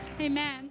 Amen